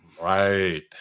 Right